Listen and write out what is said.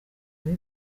biba